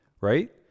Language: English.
Right